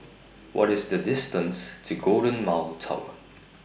What IS The distance to Golden Mile Tower